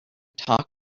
talk